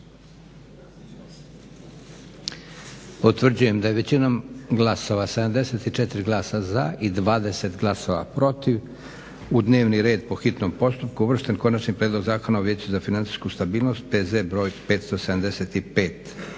Utvrđujem da je većinom glasova, 74 glasa za i 20 glasova protiv u dnevni red po hitnom postupku uvršten Konačni prijedlog zakona o Vijeću za financijsku stabilnost, P.Z. br. 575.